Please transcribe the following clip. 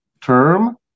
term